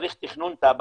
צריך תכנון תב"ע,